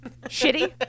shitty